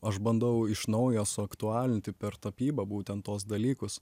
aš bandau iš naujo suaktualinti per tapybą būtent tuos dalykus